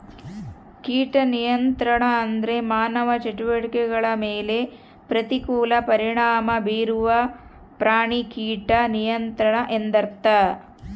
ಕೀಟ ನಿಯಂತ್ರಣ ಅಂದ್ರೆ ಮಾನವ ಚಟುವಟಿಕೆಗಳ ಮೇಲೆ ಪ್ರತಿಕೂಲ ಪರಿಣಾಮ ಬೀರುವ ಪ್ರಾಣಿ ಕೀಟ ನಿಯಂತ್ರಣ ಅಂತರ್ಥ